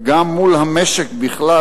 וגם מול המשק בכלל,